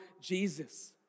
Jesus